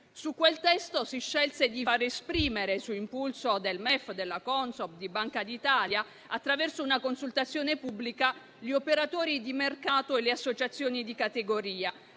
Su quel testo si scelse di far esprimere, su impulso del MEF, della Consob, di Banca d'Italia, attraverso una consultazione pubblica, gli operatori di mercato e le associazioni di categoria,